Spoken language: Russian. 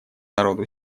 народу